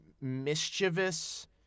mischievous